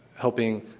helping